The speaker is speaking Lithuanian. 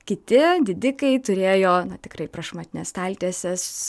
kiti didikai turėjo tikrai prašmatnias staltieses